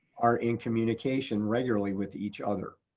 are in communication regularly with each other.